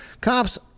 Cops